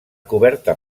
coberta